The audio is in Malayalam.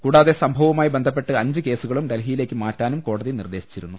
കൂടാതെ സംഭവവു മായി ബന്ധപ്പെട്ട അഞ്ച് കേസുകളും ഡൽഹിയിലേക്ക് മാറ്റാനും കോടതി നിർദേശിച്ചിരുന്നു